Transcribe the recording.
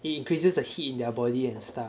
it increases the heat in their body and stuff